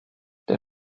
der